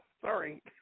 sorry